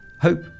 hope